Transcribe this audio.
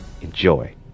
enjoy